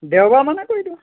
দেওবাৰ মানে কৰি দিওঁ